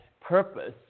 purpose